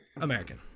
American